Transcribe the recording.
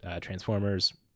Transformers